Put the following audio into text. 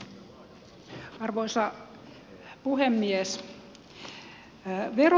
arvoisa puhemies